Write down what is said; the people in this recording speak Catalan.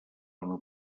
una